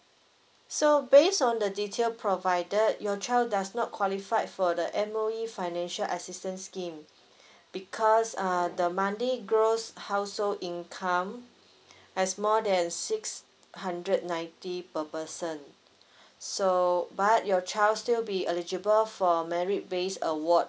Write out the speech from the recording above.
so based on the detail provided your child does not qualified for the M_O_E financial assistance scheme because uh the monthly gross household income has more than six hundred ninety per person so but your child still be eligible for merit base award